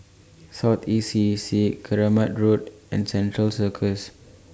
South East C Keramat Road and Central Circus